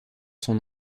son